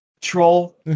troll